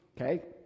okay